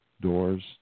doors